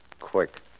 Quick